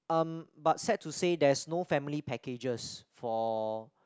um but sad to say there's no family packages for